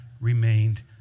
remained